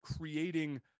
creating